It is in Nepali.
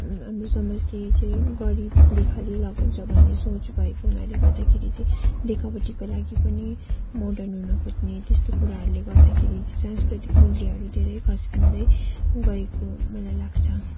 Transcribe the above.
हाम्रो समाजले चाहिँ गरिबले खालि लगाउँछ भन्ने सोच भएको हुनाले गर्दाखेरि चाहिँ देखावटीको लागि पनि मोर्डन हुन खोज्ने त्यस्तो कुराहरूले गर्दाखेरि चाहिँ सांस्कृतिक मूल्यहरू धेरै खस्कँदै गएको मलाई लाग्छ